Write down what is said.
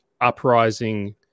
uprising